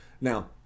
Now